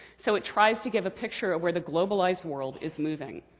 so it tries to give a picture of where the globalized world is moving.